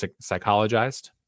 psychologized